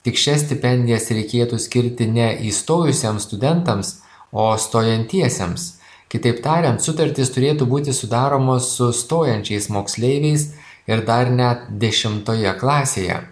tik šias stipendijas reikėtų skirti ne įstojusiems studentams o stojantiesiems kitaip tariant sutartis turėtų būti sudaromos su stojančiais moksleiviais ir dar net dešimtoje klasėje